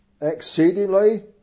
Exceedingly